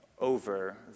over